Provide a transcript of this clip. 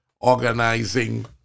organizing